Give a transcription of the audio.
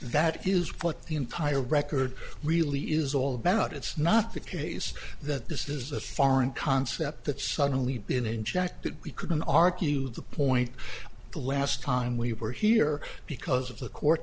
that is what the entire record really is all about it's not the case that this is a foreign concept that suddenly been injected we couldn't argue the point the last time we were here because of the court